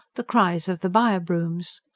the cries of the buy-a-brooms.